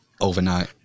overnight